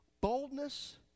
boldness